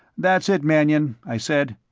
that's it, mannion, i said.